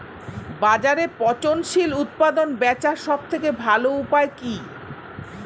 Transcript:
বাজারে পচনশীল উৎপাদন বেচার সবথেকে ভালো উপায় কি?